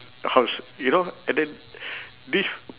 house you know and then this